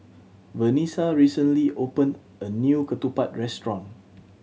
Vanessa recently opened a new ketupat restaurant